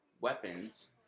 weapons